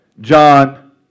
John